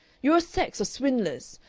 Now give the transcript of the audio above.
you're a sex of swindlers.